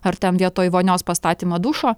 ar ten vietoj vonios pastatymą dušo